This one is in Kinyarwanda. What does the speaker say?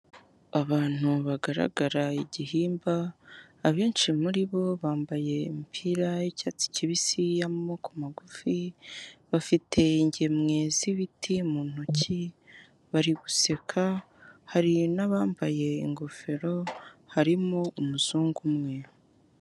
Abantu bagaragara igihimba abenshi muri bo bambaye imipira y'icyatsi kibisi y'amoko magufi bafite ingemwe z'ibiti mu ntoki bari guseka hari abambaye ingofero harimo umuzungu umwe.